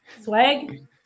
swag